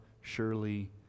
surely